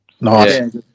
Nice